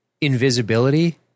invisibility